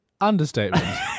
understatement